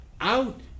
out